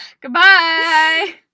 Goodbye